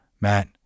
Matt